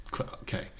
Okay